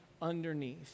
underneath